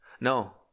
No